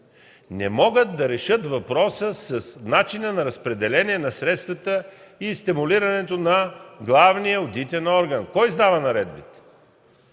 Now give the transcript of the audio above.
не могат да решат въпроса с начина на разпределение на средствата и стимулирането на главния одитен орган. Кой издава наредбите?